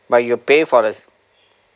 but you pay for the